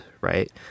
right